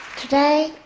today,